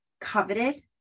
coveted